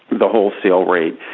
the wholesale rate.